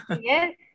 yes